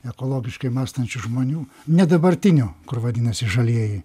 ekologiškai mąstančių žmonių ne dabartinių kur vadinasi žalieji